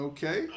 Okay